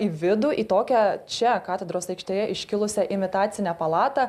į vidų į tokią čia katedros aikštėje iškilusią imitacinę palatą